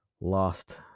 lost